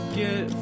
get